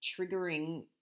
triggering